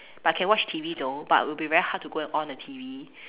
but I can watch T_V though but it will be very hard to go and on the T_V